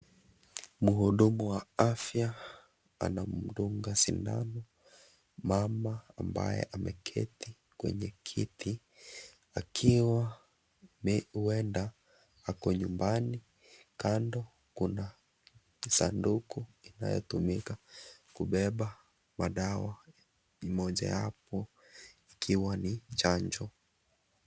Mhudumu wa afya ana mdunga sindano mama ambaye ameketi kwenye kiti akiwa huenda ako nyumbani . Kando kuna sanduku inayotumika kubeba madawa moja yapo ikiwa ni chanjo.